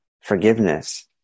forgiveness